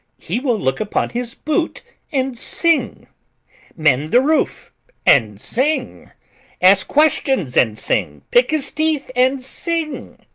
he will look upon his boot and sing mend the ruff and sing ask questions and sing pick his teeth and sing.